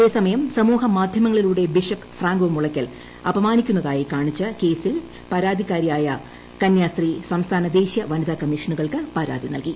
അതേസമയം സമൂഹമാധ്യമങ്ങളിലൂടെ bishop Franco Mulakkal അപമാനിക്കുന്നതായി കാണിച്ച് കേസ്ടിലെ പരാതിക്കാരിയായ കന്യാസ്ത്രീ സംസ്ഥാന ദേശീയ വനിത്യാക്ക്മ്മീഷനുകൾക്ക് പരാതി നൽകി